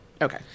okay